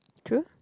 true